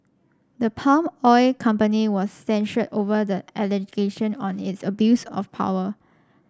the palm oil company was censured over the allegation on its abuse of power